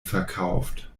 verkauft